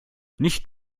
nicht